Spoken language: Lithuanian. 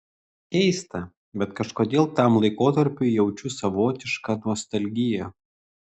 keista bet kažkodėl tam laikotarpiui jaučiu savotišką nostalgiją